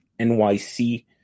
NYC